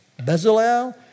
Bezalel